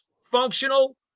functional